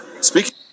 Speaking